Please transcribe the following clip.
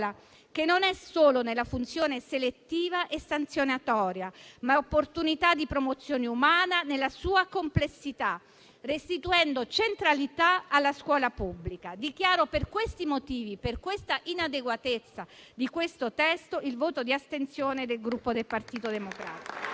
che non è solo la funzione selettiva e sanzionatoria, ma è l'opportunità di promozione umana nella sua complessità, restituendo centralità alla scuola pubblica. Dichiaro per questi motivi, per l'inadeguatezza di questo testo, il voto di astensione del Gruppo Partito Democratico.